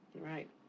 Right